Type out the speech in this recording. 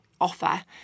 offer